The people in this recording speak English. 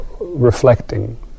reflecting